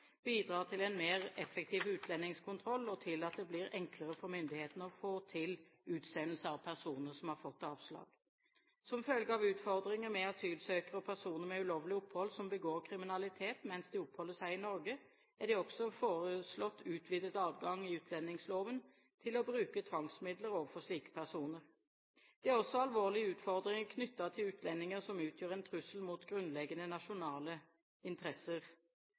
bidrar til en mer effektiv utlendingskontroll og til at det blir enklere for myndighetene å få til utsendelse av personer som har fått avslag. Som følge av utfordringer med asylsøkere og personer med ulovlig opphold som begår kriminalitet mens de oppholder seg i Norge, er det også foreslått utvidet adgang i utlendingsloven til å bruke tvangsmidler overfor slike personer. Det er også alvorlige utfordringer knyttet til utlendinger som utgjør en trussel mot grunnleggende nasjonale interesser.